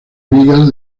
vigas